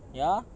ya